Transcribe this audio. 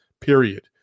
Period